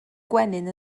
gwenyn